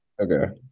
Okay